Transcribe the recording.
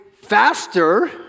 faster